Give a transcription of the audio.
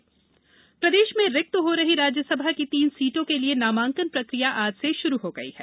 रास नामांकन प्रदेश में रिक्त हो रही राज्यसभा की तीन सीटों के लिए नामांकन प्रकिया आज से शुरू हो गई है